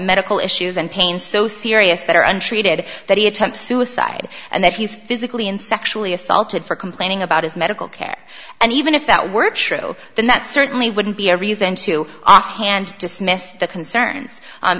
medical issues and pain so serious that are untreated that he attempts suicide and that he's physically and sexually assaulted for complaining about his medical care and even if that were true then that certainly wouldn't be a reason to offhand dismiss the concerns